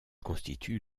constitue